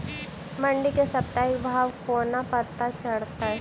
मंडी केँ साप्ताहिक भाव कोना पत्ता चलतै?